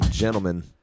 Gentlemen